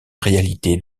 réalité